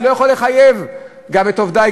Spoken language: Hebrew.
אני לא יכול לחייב את עובדי,